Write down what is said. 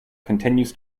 continues